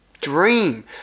dream